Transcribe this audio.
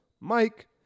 Mike